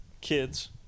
kids